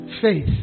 Faith